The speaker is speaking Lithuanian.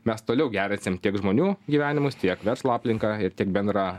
mes toliau gerinsim tiek žmonių gyvenimus tiek verslo aplinką ir tiek bendrą